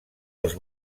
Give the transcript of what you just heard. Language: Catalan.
els